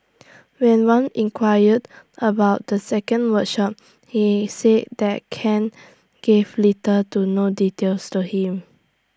when wan inquired about the second workshop he said that Ken gave little to no details to him